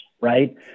right